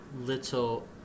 little